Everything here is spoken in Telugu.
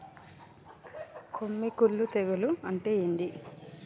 కొమ్మి కుల్లు తెగులు అంటే ఏంది?